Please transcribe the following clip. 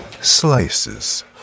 slices